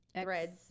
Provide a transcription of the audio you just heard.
threads